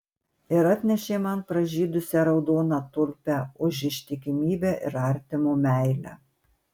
ir atnešė man pražydusią raudoną tulpę už ištikimybę ir artimo meilę